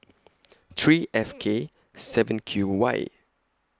three F K seven Q Y